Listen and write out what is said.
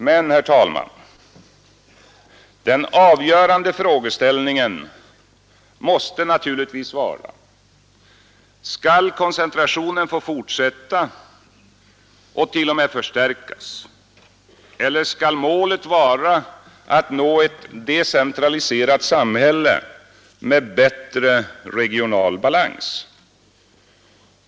Men, herr talman, den avgörande frågeställningen måste naturligtvis vara: Skall koncentrationen få fortsätta och t.o.m. förstärkas, eller skall målet vara att nå ett decentraliserat samhälle med bättre regional balans?